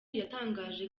yatangaje